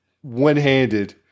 one-handed